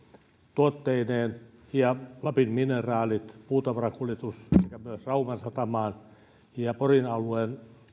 tuotteineen ja lapin mineraalit puutavarakuljetus myös rauman satamaan ja porin alueen